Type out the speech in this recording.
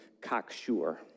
cocksure